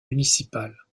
municipales